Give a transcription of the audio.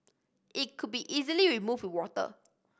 it could be easily removed with water